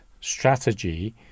strategy